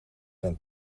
zijn